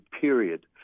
period